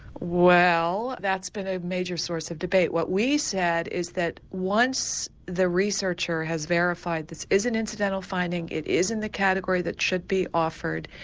well that's been a major source of debate. what we said is that once the researcher has verified this is an incidental finding, it is in the category that should be offered,